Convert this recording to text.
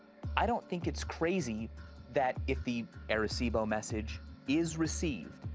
i don't think it's crazy that if the arecibo message is received,